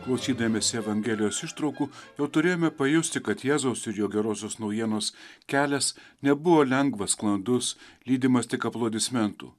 klausydamiesi evangelijos ištraukų jau turėjome pajusti kad jėzaus ir jo gerosios naujienos kelias nebuvo lengvas sklandus lydimas tik aplodismentų